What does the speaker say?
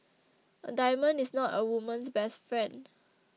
a diamond is not a woman's best friend